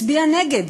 הצביעה נגד,